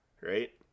right